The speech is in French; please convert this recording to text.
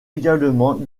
également